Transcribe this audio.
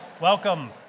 Welcome